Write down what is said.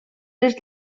les